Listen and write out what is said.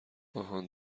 آهان